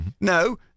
No